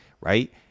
right